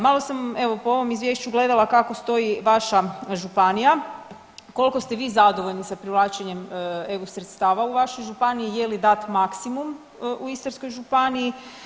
Malo sam evo po ovom izvješću gledala kako stoji vaša županija, kolko ste vi zadovoljni sa privlačenjem EU sredstava u vašoj županiji, je li dat maksimum u Istarskoj županiji?